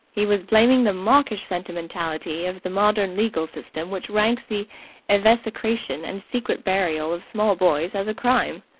he was blaming the mawkish sentimentality of the modern legal system which ranks the evisceration and secret burial of small boys as a crime.